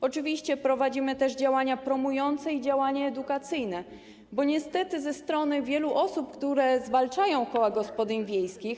Oczywiście prowadzimy też działania promujące i działanie edukacyjne, bo niestety ze strony wielu osób, które zwalczają koła gospodyń wiejskich.